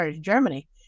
Germany